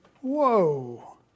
whoa